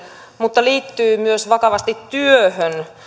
mutta liittyy myös vakavasti työhön